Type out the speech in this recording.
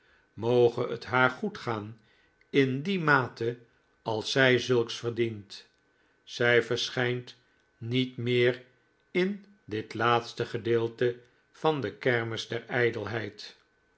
moge het haar goed gaan in die mate als zij zulks verdient zij verschijnt niet meer in dit laatste gedeelte van de kermis der